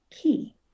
key